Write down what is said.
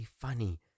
funny